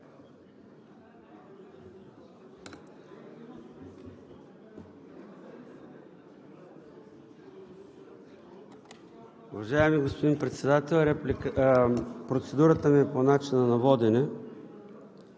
Уважаеми господин Председател, процедурата ми е по начина на водене.